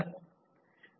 data analysis करावे लागते